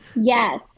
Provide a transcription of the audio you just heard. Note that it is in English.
yes